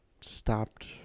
stopped